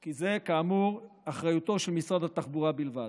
כי זה, כאמור, אחריותו של משרד התחבורה בלבד.